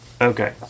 Okay